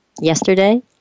yesterday